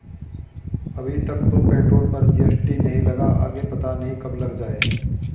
अभी तक तो पेट्रोल पर जी.एस.टी नहीं लगा, आगे पता नहीं कब लग जाएं